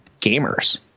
gamers